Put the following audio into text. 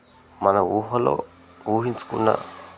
మన ఊహలో ఊహించుకున్న